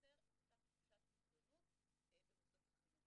לייצר את אותה תחושת מוגנות במוסדות החינוך.